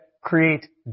create